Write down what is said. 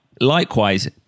likewise